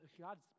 God's